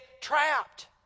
trapped